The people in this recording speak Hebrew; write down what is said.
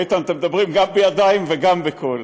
איתן, אתם מדברים גם בידיים וגם בקול,